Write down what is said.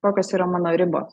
kokios yra mano ribos